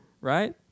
Right